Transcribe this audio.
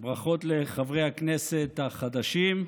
ברכות לחברי הכנסת החדשים,